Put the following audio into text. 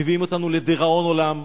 מביאים אותנו לדיראון עולם.